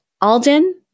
Alden